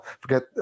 forget